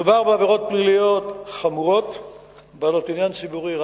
מדובר בעבירות פליליות חמורות בעלות עניין ציבורי רב,